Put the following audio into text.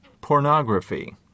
pornography